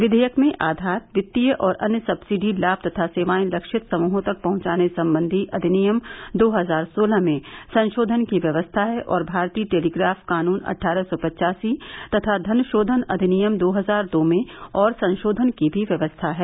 विधेयक में आधार वित्तीय और अन्य सब्सिडी लाभ तथा सेवाएं लक्षित समूहों तक पहुंचाने संबंधी अधिनियम दो हजार सोलह में संशोधन की व्यवस्था है और भारतीय टेलीग्राफ कानून अट्ठारह सौ पचासी तथा धनशोधन अधिनियम दो हजार दो में और संशोधन की भी व्यवस्था है